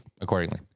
accordingly